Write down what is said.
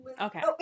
okay